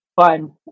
fun